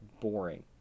boring